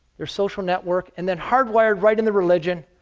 their social network, and then, hardwired right in the religion,